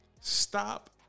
Stop